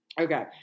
Okay